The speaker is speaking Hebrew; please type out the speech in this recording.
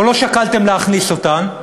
או לא שקלתם להכניס אותן,